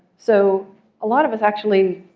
so a lot of us actually